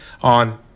on